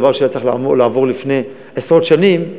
דבר שהיה צריך לעבור לפני עשרות שנים,